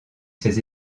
ses